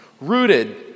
rooted